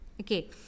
Okay